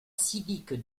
civique